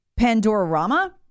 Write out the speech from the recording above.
Pandorama